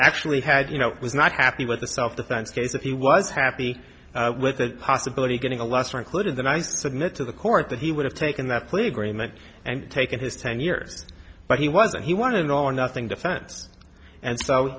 actually had you know was not happy with the self defense case if he was happy with the possibility of getting a lesser included that i submit to the court that he would have taken that plead greymouth and taken his ten years but he wasn't he wanted an all or nothing defense and so